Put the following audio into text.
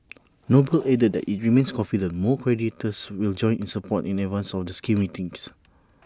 noble added that IT remains confident more creditors will join in support in advance of the scheme meetings